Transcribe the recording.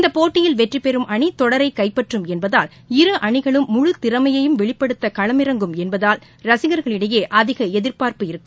இந்த போட்டியில் வெற்றிபெறும் அணி தொடரை கைப்பற்றம் என்பதால் இரு அணிகளும் முழு திறமையையும் வெளிப்படுத்த களமிறங்கும் என்பதுல் ரசின்களிடயே அதிக எதிர்பா்ப்பு இருக்கும்